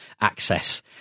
access